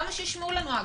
למה שישמעו לנו בכלל?